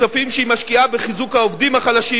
בכספים שהיא משקיעה בחיזוק העובדים החלשים,